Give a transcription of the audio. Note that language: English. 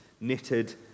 knitted